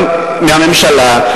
הוא גם מהממשלה.